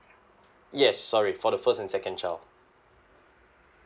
yes sorry for the first and second child